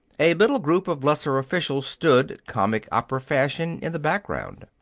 a little group of lesser officials stood, comic-opera fashion, in the background.